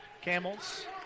Camels